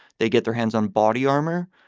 they get their hands on body armor.